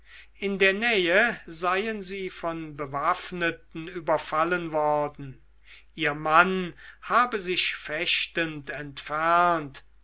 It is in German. in der nähe seien sie von bewaffneten überfallen worden ihr mann habe sich fechtend entfernt